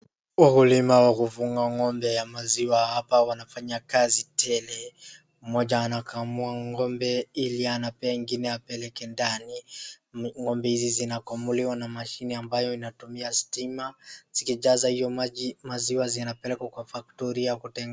Wakulima wa kufuga ng'ombe ya maziwa hapa wanafanya kazi tele, mmoja anakamua ng'ombe ili anapea ingine apeleke ndani, ng'ombe hizi zinakamuliwa na mashini ambayo inatumia stima, zikijaza hiyo maziwa zinapelekwa kwa factory ya kutengeneza.